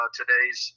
today's